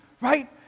right